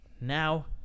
Now